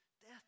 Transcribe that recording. Death